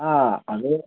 ആ അത്